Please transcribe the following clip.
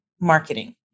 marketing